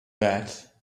that